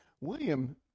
William